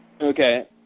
Okay